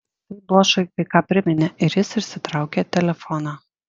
tai bošui kai ką priminė ir jis išsitraukė telefoną